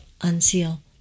unseal